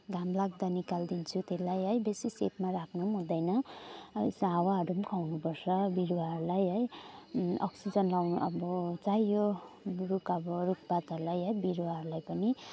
घाम लाग्दा निकालिदिन्छु त्यसलाई है बेसी सेपमा राख्नु पनि हुँदैन है यसो हावाहरू पनि खुवाउनुपर्छ बिरुवाहरूलाई है अक्सिजन लगाउनु अब चाहियो रुख अब रुखपातहरूलाई है बिरुवाहरूलाई पनि